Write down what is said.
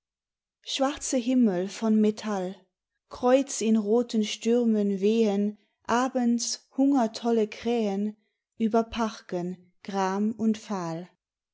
schwarze himmel von metall kreuz in roten stürmen wehen abends hungertolle krähen über parken gram und fahl